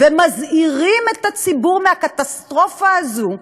ומזהירים את הציבור מהקטסטרופה הזאת,